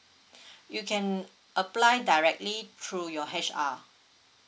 you can apply directly through your H_R